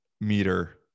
meter